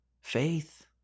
Faith